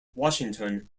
washington